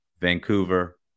Vancouver